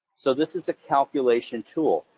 so this is a calculation tool.